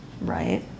right